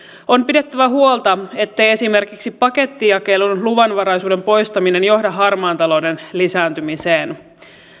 on pidettävä huolta ettei esimerkiksi pakettijakelun luvanvaraisuuden poistaminen johda harmaan talouden lisääntymiseen